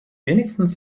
wenigstens